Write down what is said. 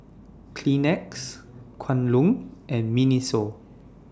Kleenex Kwan Loong and Miniso